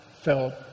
felt